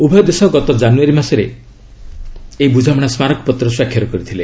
ଉଭୟ ଦେଶ ଗତ ଜାନୁଆରୀ ମାସରେ ଏହି ବୁଝାମଣା ସ୍କାରକପତ୍ର ସ୍ୱାକ୍ଷର କରିଥିଲେ